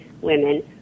women